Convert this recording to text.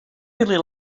really